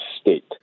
state